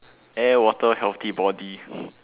air water healthy body